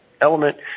element